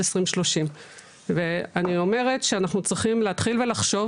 2030. ואני אומר שאנחנו צריכים להתחיל ולחשוב,